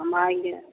हम आएंगे